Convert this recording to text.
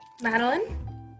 Madeline